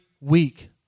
week